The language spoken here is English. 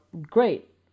great